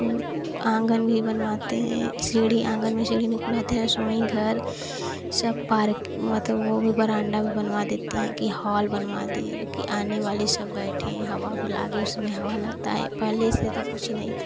और आँगन भी बनवाते हैं सीढ़ी आँगन में सीढ़ी निकलवाते हैं रसोई घर सब पार्क मतलब वह भी बरांडा भी बनवा देते हैं कि हॉल बनवाते कि आने वाले सब बैठ हवा भी लागे उसमें हवा लगता है पहले इ सब कुछ नहीं था